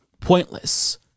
pointless